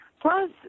Plus